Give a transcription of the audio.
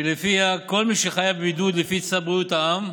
שלפיה כל מי שחייב בבידוד לפי צו בריאות העם,